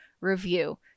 review